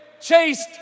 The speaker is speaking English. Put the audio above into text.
chased